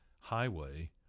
highway